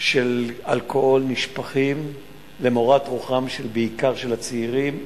של אלכוהול נשפכים, למורת רוחם של הצעירים בעיקר.